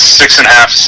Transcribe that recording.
six-and-a-half